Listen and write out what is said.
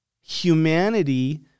humanity